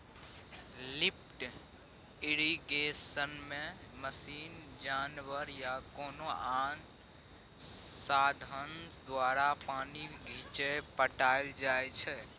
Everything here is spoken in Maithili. लिफ्ट इरिगेशनमे मशीन, जानबर या कोनो आन साधंश द्वारा पानि घीचि पटाएल जाइ छै